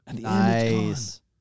Nice